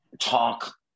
talk